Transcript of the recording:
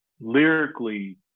Lyrically